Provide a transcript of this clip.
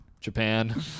Japan